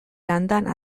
andana